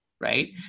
Right